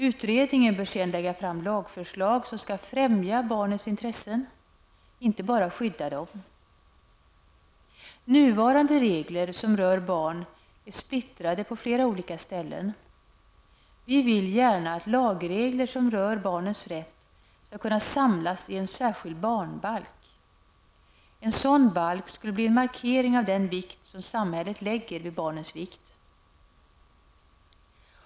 Utredningen bör sedan lägga fram lagförslag som skall främja barnens intressen -- inte bara skydda dem. Nuvarande regler som rör barn är splittrade på flera olika ställen. Vi vill gärna att lagregler som rör barnens rätt skall kunna samlas i en särskild barnbalk. En sådan balk skulle bli en markering av den vikt som samhället fäster vid barnens rätt.